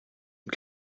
und